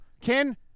Ken